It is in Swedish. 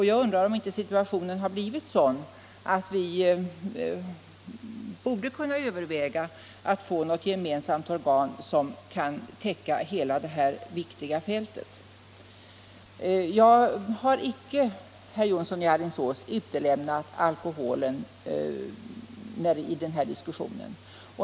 Jag undrar om inte situationen blivit sådan att vi borde överväga något gemensamt organ som kan täcka hela detta viktiga fält. Jag har inte, herr Jonsson i Alingsås, utelämnat alkoholen i diskussionen.